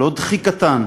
לא דחיקתן,